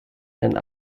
and